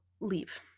leave